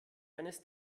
eines